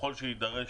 ככל שיידרש,